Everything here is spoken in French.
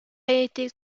été